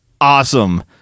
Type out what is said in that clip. awesome